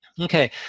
Okay